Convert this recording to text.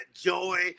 joy